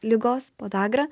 ligos podagra